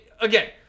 Again